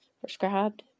prescribed